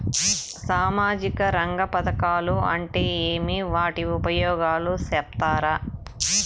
సామాజిక రంగ పథకాలు అంటే ఏమి? వాటి ఉపయోగాలు సెప్తారా?